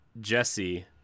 Jesse